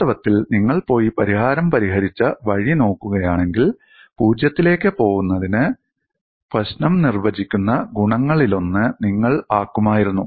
വാസ്തവത്തിൽ നിങ്ങൾ പോയി പരിഹാരം പരിഹരിച്ച വഴി നോക്കുകയാണെങ്കിൽ പൂജ്യത്തിലേക്ക് പോകുന്നതിന് പ്രശ്നം നിർവചിക്കുന്ന ഗുണകങ്ങളിലൊന്ന് നിങ്ങൾ ആക്കുമായിരുന്നു